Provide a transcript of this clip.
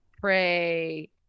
pray